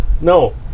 no